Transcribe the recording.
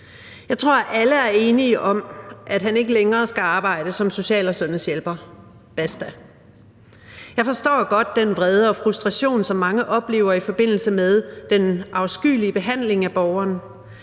Jeg tror, at vi alle er enige om, at han ikke længere skal arbejde som social- og sundhedshjælper. Basta! Jeg forstår godt den vrede og frustration, som mange oplever i forbindelse med den afskyelige behandling af borgeren,